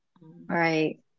Right